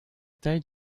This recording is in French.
taille